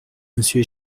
monsieur